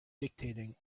dictating